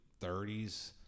30s